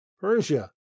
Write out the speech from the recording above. Persia